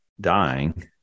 dying